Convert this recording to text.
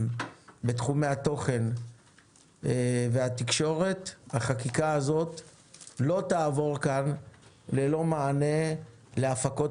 בתחומי התוכן והתקשורת לא תעבור כאן ללא מענה להפקות